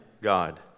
God